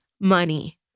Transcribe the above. money